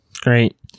great